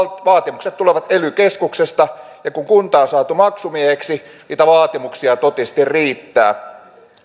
vaatimukset tulevat ely keskuksesta ja kun kunta on saatu maksumieheksi niitä vaatimuksia totisesti riittää